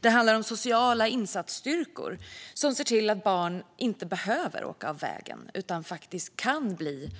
Det handlar om sociala insatsstyrkor, som ser till att barn inte behöver åka av vägen utan kan bli